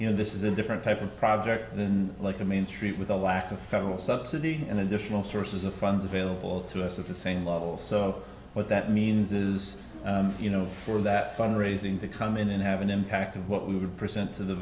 you know this is a different type of project and then look at main street with a lack of federal subsidy and additional sources of funds available to us at the same level so what that means is you know for that fund raising to come in and have an impact on what we would present to the